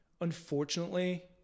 unfortunately